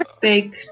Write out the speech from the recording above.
Big